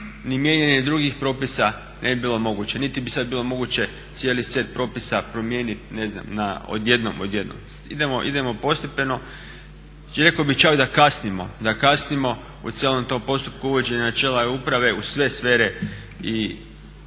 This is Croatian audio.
mijenjanje drugih propisa ne bi bilo moguće, niti bi sad bilo moguće cijeli set propisa promijeniti odjednom. Idemo postepeno i rekao bih čak da kasnimo u cijelom tom postupku uvođenja načela E-uprave u sve sfere